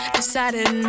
decided